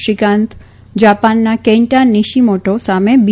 શ્રીકાંત જા પાનના Kenta Nishimoto સામે બી